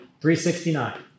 $369